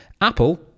Apple